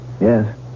Yes